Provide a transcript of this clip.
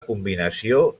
combinació